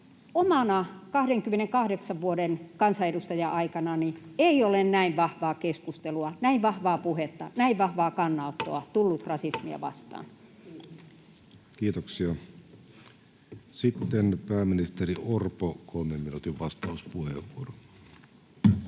Omana 28 vuoden kansanedustaja-aikanani ei ole näin vahvaa keskustelua, näin vahvaa puhetta, näin vahvaa kannanottoa tullut rasismia vastaan. Kiitoksia. — Sitten pääministeri Orpo, kolmen minuutin vastauspuheenvuoro.